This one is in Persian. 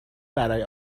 برای